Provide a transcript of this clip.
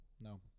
No